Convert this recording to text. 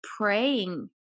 praying